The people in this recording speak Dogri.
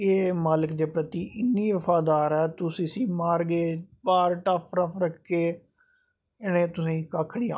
एह् मालक दे प्रति इन्ना बफादार ऐ तुस इसगी मारगे बाह्र टफरफ पर रखगे इनैं तुसेंगी कक्ख नी आखनां